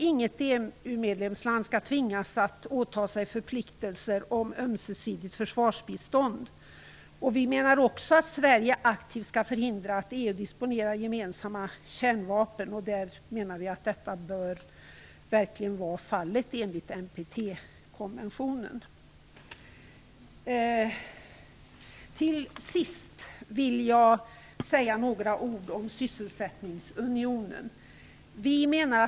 Inget medlemsland i EU skall tvingas att åta sig förpliktelser om ömsesidigt försvarsbistånd. Sverige bör aktivt förhindra att EU disponerar gemensamma kärnvapen. Det bör framgå av NPT-konventionen. Till sist vill jag säga några ord om sysselsättningsunionen.